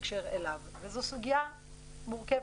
בהקשר אליו, וזו סוגיה מורכבת.